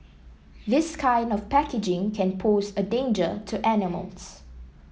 this kind of packaging can pose a danger to animals